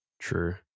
true